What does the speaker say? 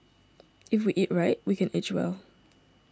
if we can eat right we can age well